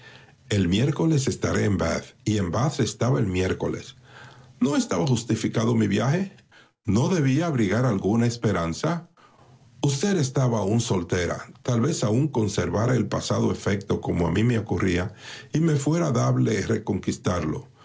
el miércoles estaré en bath y en bath estaba el miércoles no estaba justificado mi viaje no debía abrigar alguna esperanza usted estaba aún soltera tal vez aun conservara el pasado afecto como a mí me ocurría y me fuera dable reconquistarlo